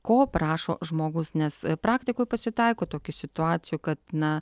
ko prašo žmogus nes praktikoj pasitaiko tokių situacijų kad na